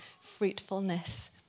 fruitfulness